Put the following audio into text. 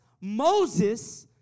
Moses